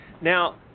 Now